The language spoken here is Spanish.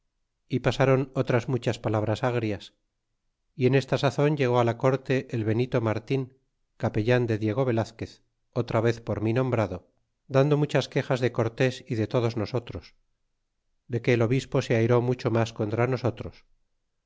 y pasaron otras muchas palabras grias y en esta sazon llegó la corte el benito martin capellan de diego velazquez otra vez por mi nombrado dando muchas quejas de cortésyde todos nosotros de que el obispo se airé mucho mas contra nosotros